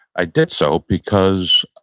i did so because,